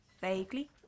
Vaguely